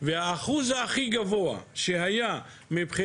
אבל האחוז הכי גבוה של הנספים,